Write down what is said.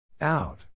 Out